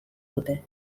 dute